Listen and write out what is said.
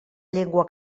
llengua